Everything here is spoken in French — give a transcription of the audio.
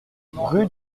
rue